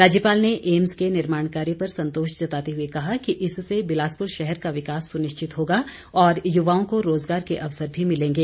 राज्यपाल ने एम्स के निर्माण कार्य पर संतोष जताते हुए कहा कि इससे बिलासपुर शहर का विकास सुनिश्चित होगा और युवाओं को रोजगार के अवसर भी मिलेंगे